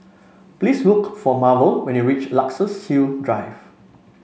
please look for Marvel when you reach Luxus Hill Drive